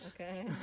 Okay